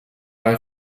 bei